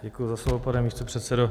Děkuji za slovo, pane místopředsedo.